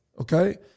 Okay